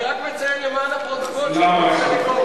אני רק מציין למען הפרוטוקול שזאת דמגוגיה.